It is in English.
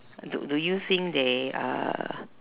do do you think they uh